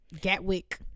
Gatwick